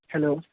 hello